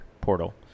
portal